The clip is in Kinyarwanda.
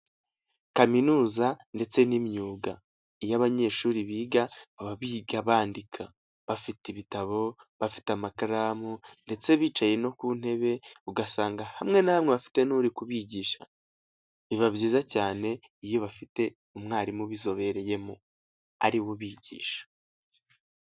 Kaminuza ndetse n'imyuga. Iyo abanyeshuri biga baba biga bandika. Bafite ibitabo, bafite amakaramu ndetse bicaye no ku ntebe, ugasanga hamwe na hamwe bafite n'uri kubigisha. Biba byiza cyane iyo bafite umwarimu ubizobereyemo. Ari we ubigisha.